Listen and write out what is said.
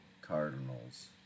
Cardinals